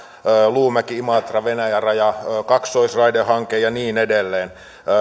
luumäki imatra venäjän raja kaksoisraidehanke ja niin edelleen